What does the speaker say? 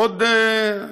בעוד,